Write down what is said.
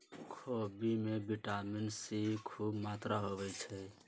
खोबि में vitamin C खूब मत्रा होइ छइ